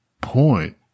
point